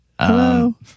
Hello